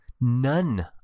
None